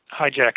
hijack